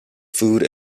food